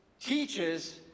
teaches